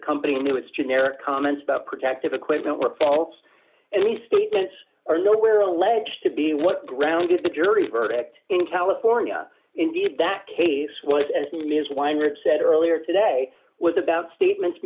the company knew its generic comments about protective equipment were false and the statements are nowhere alleged to be what grounded the jury verdict in california indeed that case was and ms weinreb said earlier today was about statements